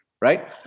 right